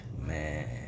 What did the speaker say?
Man